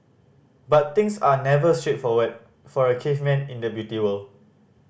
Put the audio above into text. but things are never straightforward for a caveman in the Beauty World